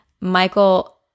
Michael